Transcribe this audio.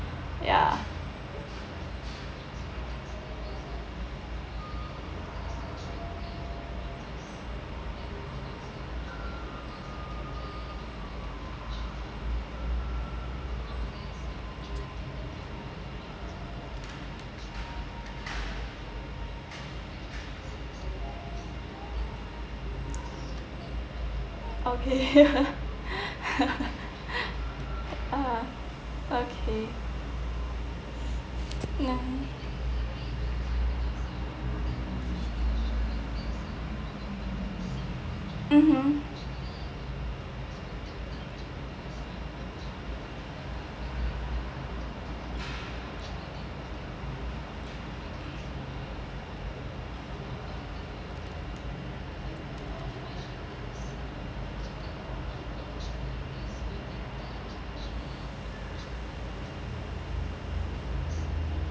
ya okay ah okay mm mmhmm